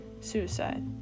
suicide